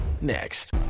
next